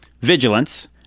Vigilance